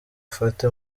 afate